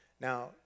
Now